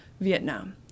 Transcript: Vietnam